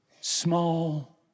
small